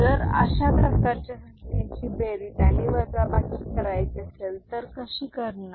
जर अशा प्रकारच्या संख्यांची बेरीज आणि वजाबाकी करायची असेल तर कशी करणार